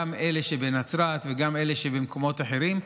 גם עם אלה שבנצרת וגם עם אלה שבמקומות אחרים.